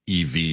EV